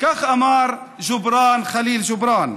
כך אמר ג'ובראן ח'ליל ג'ובראן.